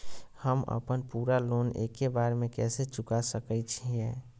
हम अपन पूरा लोन एके बार में कैसे चुका सकई हियई?